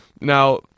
now